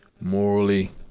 morally